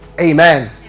Amen